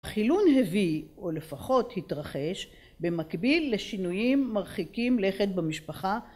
החילון הביא, או לפחות התרחש, במקביל לשינויים מרחיקים לכת במשפחה